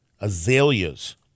azaleas